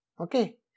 Okay